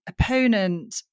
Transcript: opponent